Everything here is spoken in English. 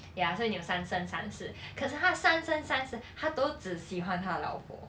ya so 你有三生三世可是他三生三世他都只喜欢他的老婆